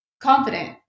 confident